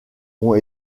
ont